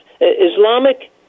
Islamic